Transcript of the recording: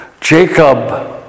Jacob